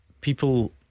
people